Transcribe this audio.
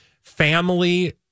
family